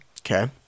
Okay